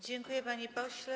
Dziękuję, panie pośle.